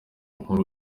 nkuru